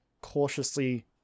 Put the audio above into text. cautiously